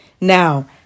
now